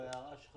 ההערה שלך